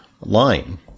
line